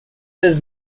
his